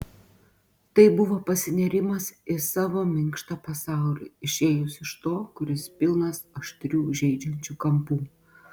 tai buvo pasinėrimas į savo minkštą pasaulį išėjus iš to kuris pilnas aštrių žeidžiančių kampų